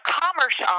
commerce